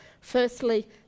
Firstly